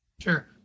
sure